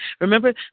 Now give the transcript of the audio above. remember